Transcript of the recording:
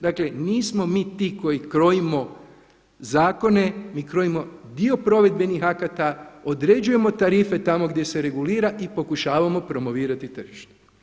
Dakle nismo mi ti koji krojimo zakone, mi krojimo dio provedbenih akata, određujemo tarife tamo gdje se regulira i pokušavamo promovirati tržište.